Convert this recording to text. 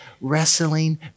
wrestling